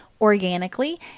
organically